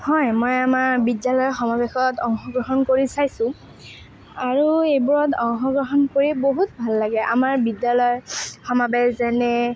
হয় মই আমাৰ বিদ্য়ালয়ৰ সমাৱেশত অংশগ্ৰহণ কৰি চাইছোঁ আৰু এইবোৰত অংশগ্ৰহণ কৰি বহুত ভাল লাগে আমাৰ বিদ্য়ালয়ৰ সমাৱেশ যেনে